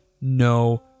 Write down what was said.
no